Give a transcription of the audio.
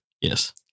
Yes